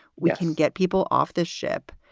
we can get people off this ship.